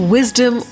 Wisdom